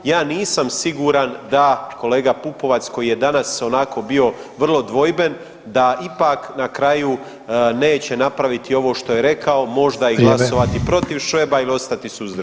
Ja nisam siguran da kolega Pupovac koji je danas onako bio vrlo dvojben da ipak na kraju neće napraviti ovo što je rekao [[Upadica Sanader: Vrijeme.]] možda i glasovati protiv Šveba ili ostati suzdržan.